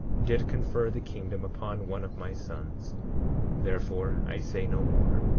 did confer the kingdom upon one of my sons therefore, i say no more.